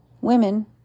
women